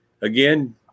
again